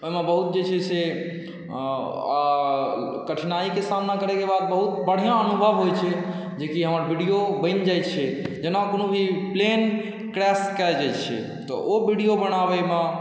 ओहिमे बहुत जे छै से कठिनाईके सामना करय के बाद बहुत बढ़िऑं अनुभव होइ छै जे की अहाँ वीडियो बनि जाइ छै जेनाकि कोनो भी प्लेन क्रैश कऽ जाइ छै तऽ ओ वीडियो बनाबै मे